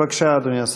בבקשה, אדוני השר.